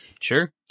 Sure